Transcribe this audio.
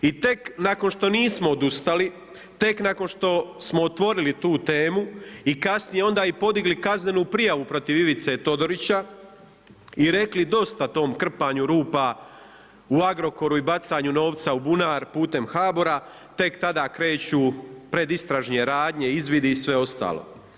I tek nakon što nismo odustali, tek nakon što smo otvorili tu temu i kasnije onda i podigli kaznenu prijavu protiv Ivice Todorića i rekli dosta tom krpanju rupa u Agrokoru i bacanju novca u bunar putem HBOR-a, tek tada kreću predistražne radnje, izvidi i sve ostalo.